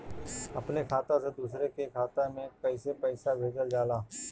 अपने खाता से दूसरे के खाता में कईसे पैसा भेजल जाला?